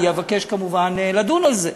אני אבקש כמובן לדון על זה,